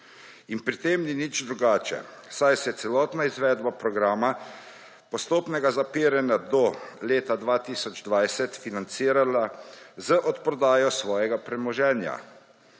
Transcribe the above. In pri tem ni nič drugače, saj se je celotna izvedba programa postopnega zapiranja do leta 2020 financirala z odprodajo svojega premoženja.